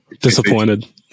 disappointed